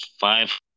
Five